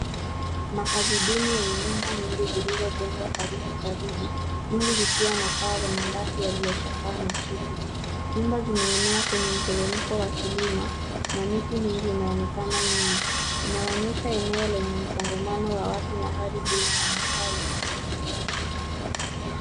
Makazi duni yenye nyumba nyingi zilizojengwa karibu karibu nyingi zikiwa na paa ya mabati yaliyochakaa na kutu. Nyumba zimeenea kwenye mteremko wa kilima na miti mingi inaonekana nyuma. Inaonyesha eneo lenye msongamano wa watu na hali duni ya makazi.